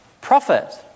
prophet